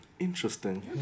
Interesting